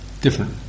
different